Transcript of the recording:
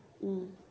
mm